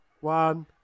One